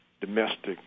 domestic